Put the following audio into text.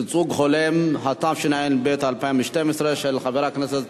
(ייצוג הולם), התשע"ב 2012, של חבר הכנסת